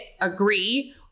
agree